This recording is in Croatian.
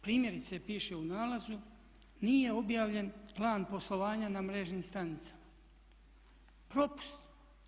Primjerice piše u nalazu nije objavljen plan poslovanja na mrežnim stranicama, propust.